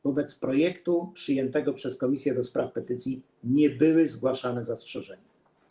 Wobec projektu przyjętego przez Komisję do Spraw Petycji nie były zgłaszane zastrzeżenia.